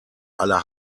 aller